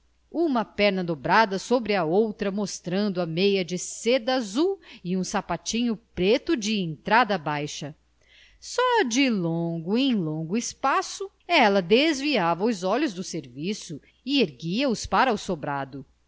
uma perna dobrada sobre a outra mostrando a meia de seda azul e um sapatinho preto de entrada baixa só de longo em longo espaço ela desviava os olhos do serviço e erguia os para o sobrado